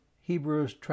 Hebrews